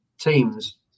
teams